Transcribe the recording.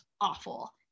awful